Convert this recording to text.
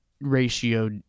ratio